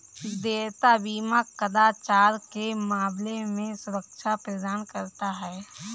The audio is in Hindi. देयता बीमा कदाचार के मामले में सुरक्षा प्रदान करता है